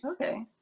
Okay